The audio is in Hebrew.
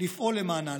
לפעול למענה,